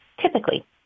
typically